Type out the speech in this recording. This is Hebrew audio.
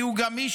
כי הוא גמיש,